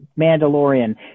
Mandalorian